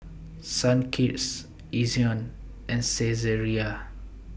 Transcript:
Sunkist Ezion and Saizeriya